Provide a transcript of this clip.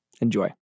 Enjoy